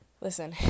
listen